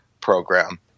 program